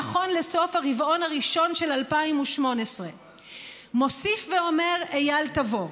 נכון לסוף הרבעון הראשון של 2018. מוסיף ואומר אייל רביד: